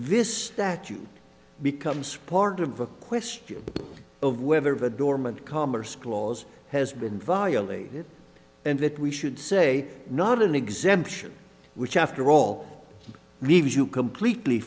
this statute becomes part of a question of whether the dormant commerce clause has been violated and that we should say not an exemption which after all leaves you completely